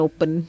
Open